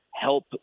help